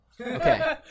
Okay